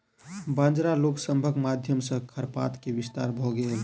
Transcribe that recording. बंजारा लोक सभक माध्यम सॅ खरपात के विस्तार भ गेल